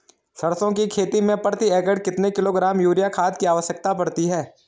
सरसों की खेती में प्रति एकड़ कितने किलोग्राम यूरिया खाद की आवश्यकता पड़ती है?